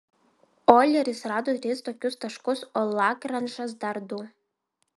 oileris rado tris tokius taškus o lagranžas dar du